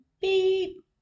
beep